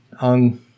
on